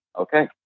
okay